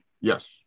Yes